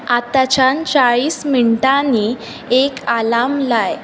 आतांच्यान चाळीस मिनटांनी एक आलार्म लाय